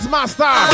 Master